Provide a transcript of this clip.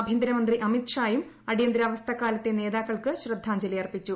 ആഭ്യന്തരമന്ത്രി അമിത് ഷായും അടിയന്തരാവസ്ഥക്കാലത്തെ നേതാക്കൾക്ക് ശ്രദ്ധാഞ്ജലി അർപ്പിച്ചു